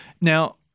Now